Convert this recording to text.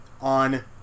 on